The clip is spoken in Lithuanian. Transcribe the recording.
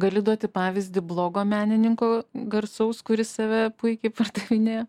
gali duoti pavyzdį blogo menininkų garsaus kuris save puikiai pardavinėja